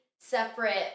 separate